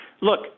look